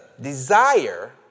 desire